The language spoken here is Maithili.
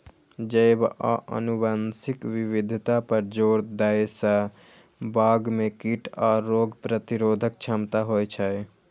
जैव आ आनुवंशिक विविधता पर जोर दै सं बाग मे कीट आ रोग प्रतिरोधक क्षमता होइ छै